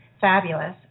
fabulous